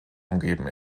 umgeben